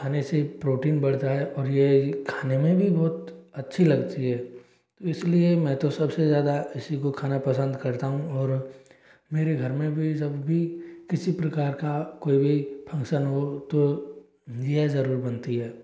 खाने से प्रोटीन बढ़ता है और ये खाने में भी बहुत अच्छी लगती है तो इसलिए मैं तो सबसे ज्यादा इसी को खाना पसंद करता हूँ और मेरे घर में भी जब भी किसी प्रकार का कोई भी फंक्शन हो तो घिया जरूर बनती है